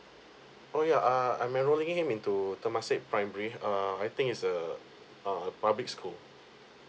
oh yeah err I'm enrolling him into temasek primary err I think is a uh a public school